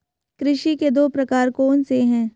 कृषि के दो प्रकार कौन से हैं?